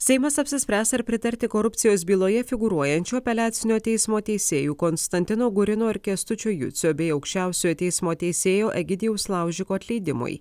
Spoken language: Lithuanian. seimas apsispręs ar pritarti korupcijos byloje figūruojančių apeliacinio teismo teisėjų konstantino gurino ir kęstučio jucio bei aukščiausiojo teismo teisėjo egidijaus laužiko atleidimui